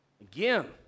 Again